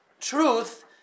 truth